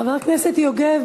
חבר הכנסת יוגב,